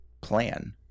plan